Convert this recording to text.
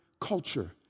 culture